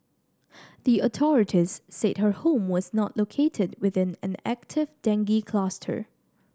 the authorities said her home was not located within an active dengue cluster